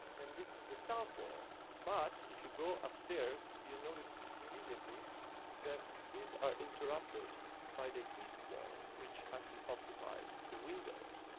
and this is the south wall. but if you go upstairs, you'll notice immediately that these are interrupted by the east wall, which actually occupies the windows.